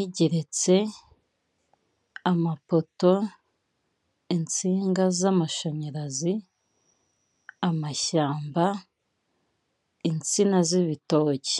igeretse, amapoto, insinga z'amashanyarazi, amashyamba insina z'ibitoki.